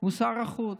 הוא שר החוץ.